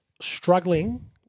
struggling